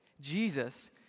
Jesus